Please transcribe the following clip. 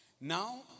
Now